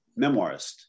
memoirist